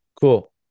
Cool